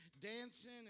dancing